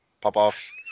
pop-off